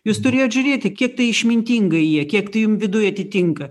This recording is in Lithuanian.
jūs turėjot žiūrėti kai tai išmintinga jie kiek tai jum viduj atitinka